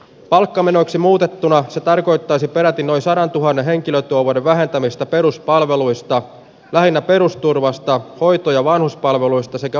palkkamenoiksi muutettuna se tarkoittaisi peräti noin sadan tuhannen henkilön tuovan vähentämistä peruspalveluista lähinnä perusturvasta voittoja vanhuspalveluista sekä